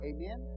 Amen